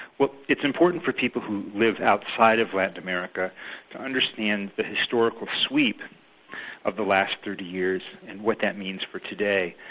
it's important for people who live outside of latin america to understand the historical sweep of the last thirty years, and what that means for today.